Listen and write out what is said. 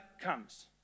comes